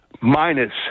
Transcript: minus